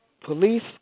Police